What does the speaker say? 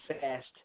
fast